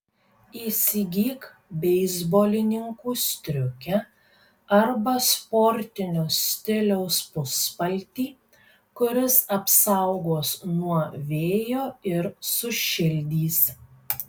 įsigyk beisbolininkų striukę arba sportinio stiliaus puspaltį kuris apsaugos nuo vėjo ir sušildys